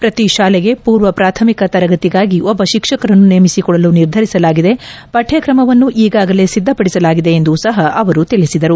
ಪ್ರತಿ ಶಾಲೆಗೆ ಪೂರ್ವ ಪ್ರಾಥಮಿಕ ತರಗತಿಗಾಗಿ ಒಬ್ಬ ಶಿಕ್ಷಕರನ್ನು ನೇಮಿಸಿಕೊಳ್ಳಲು ನಿರ್ಧರಿಸಲಾಗಿದೆ ಪಠ್ವಕ್ರಮವನ್ನು ಈಗಾಗಲೇ ಸಿದ್ದಪಡಿಸಲಾಗಿದೆ ಎಂದೂ ಸಹ ಅವರು ತಿಳಿಸಿದರು